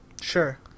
Sure